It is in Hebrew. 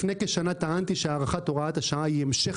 לפני כשנה טענתי שהארכת הוראת השעה היא המשך